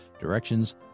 directions